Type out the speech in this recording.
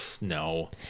no